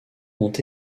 ont